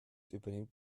übernimmt